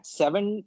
seven